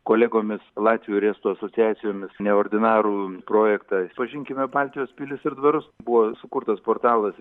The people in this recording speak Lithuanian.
kolegomis latvių ir estų asociacijomis neordinarų projektą pažinkime baltijos pilis ir dvarus buvo sukurtas portalas